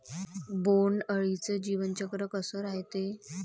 बोंड अळीचं जीवनचक्र कस रायते?